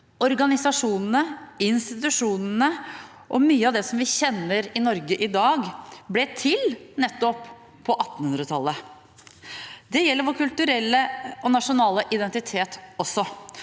Organisasjonene, institusjonene og mye av det som vi kjenner i Norge i dag, ble til nettopp på 1800-tallet. Det gjelder også vår kulturelle og nasjonale identitet.